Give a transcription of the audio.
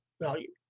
value